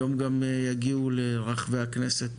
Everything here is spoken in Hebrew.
היום גם יגיעו לרחבי הכנסת